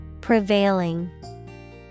Prevailing